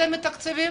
מתקצבים?